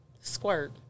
squirt